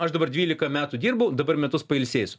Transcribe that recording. aš dabar dvylika metų dirbau dabar metus pailsėsiu